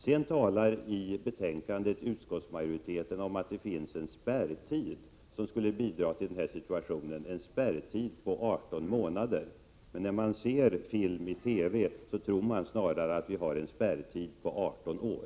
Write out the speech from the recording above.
Utskottsmajoriteten framhåller i betänkandet att det finns en spärrtid som skulle kunna vara bidragande till den situation som råder. Spärrtiden sägs vara 18 månader. Men när man ser film i TV får man snarare uppfattningen att vi har en spärrtid på 18 år.